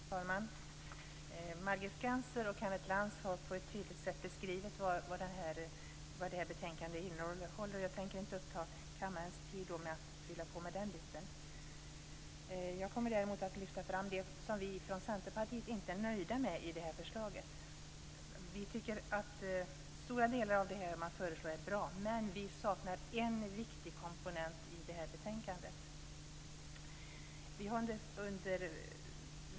Fru talman! Margit Gennser och Kenneth Lantz har på ett tydligt sätt beskrivit vad det här betänkandet innehåller. Jag tänker inte uppta kammarens tid med att fylla på den biten. Jag kommer däremot att lyfta fram det som vi i Centerpartiet inte är nöjda med i det här förslaget. Vi tycker att stora delar av det man föreslår är bra, men vi saknar en viktig komponent i det här betänkandet.